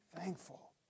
thankful